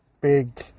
big